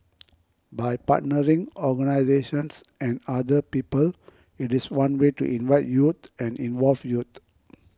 by partnering organisations and other people it is one way to invite youth and involve youth